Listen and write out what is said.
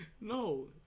No